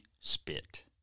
Spit